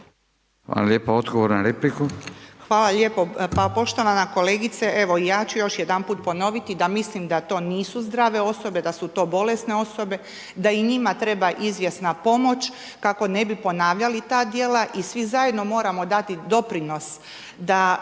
Hvala lijepa. Odgovor na repliku.